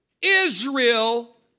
Israel